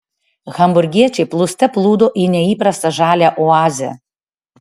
hamburgiečiai plūste plūdo į neįprastą žalią oazę